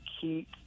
keep